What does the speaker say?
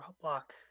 block